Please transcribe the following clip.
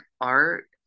art